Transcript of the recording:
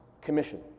commission